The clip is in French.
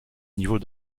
niveau